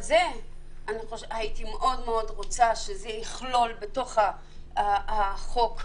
זה מה שהייתי מאוד-מאוד רוצה שייכלל בתוך החוק